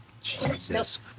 Jesus